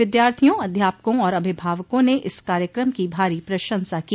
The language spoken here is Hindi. विद्यार्थियों अध्यापकों और अभिभावकों ने इस कार्यक्रम की भारी प्रशंसा की